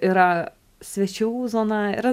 yra svečių zona yra